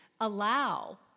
allow